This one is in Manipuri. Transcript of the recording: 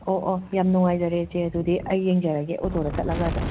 ꯑꯣ ꯑꯣ ꯌꯥꯝ ꯅꯨꯉꯥꯏꯖꯔꯦ ꯏꯆꯦ ꯑꯗꯨꯗꯤ ꯑꯩ ꯌꯦꯡꯖꯔꯒꯦ ꯑꯣꯇꯣꯗ ꯆꯠꯂꯒ ꯑꯗꯨꯝ